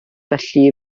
felly